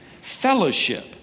fellowship